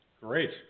Great